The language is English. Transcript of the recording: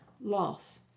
Loss